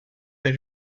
the